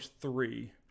three